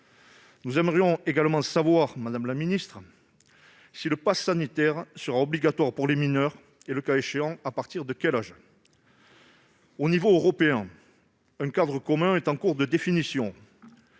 Nous aimerions également savoir si le pass sanitaire sera obligatoire pour les mineurs et, le cas échéant, à partir de quel âge. À l'échelon européen, un cadre commun est en cours de définition